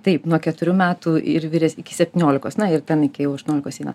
taip nuo keturių metų ir vyresni iki septyniolikos na ir ten iki jau aštuoniolikos eina